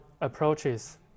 approaches